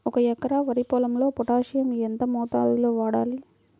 ఒక ఎకరా వరి పొలంలో పోటాషియం ఎంత మోతాదులో వాడాలి?